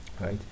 Right